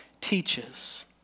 teaches